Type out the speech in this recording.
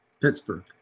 Pittsburgh